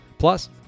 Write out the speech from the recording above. Plus